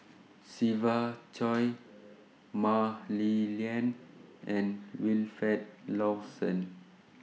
Siva Choy Mah Li Lian and Wilfed Lawson